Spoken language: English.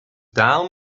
down